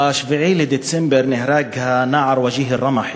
ב-7 בדצמבר נהרג הנער וג'די אל-רמחי,